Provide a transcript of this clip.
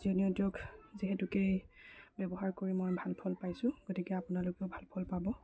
Jio network যিহেতুকৈ ব্যৱহাৰ কৰি মই ভাল ফল পাইছোঁ গতিকে আপোনালোকেও ভাল ফল পাব